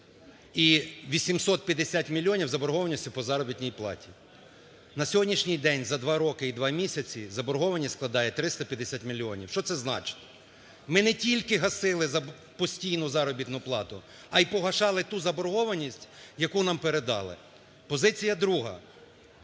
і 850 мільйонів заборгованістю по заробітній платі. На сьогоднішній день, за два роки і два місяці, заборгованість складає 350 мільйонів. Що це значить? Ми не тільки гасили постійно заробітну плату, а й погашали ту заборгованість, яку нам передали. Позиція друга.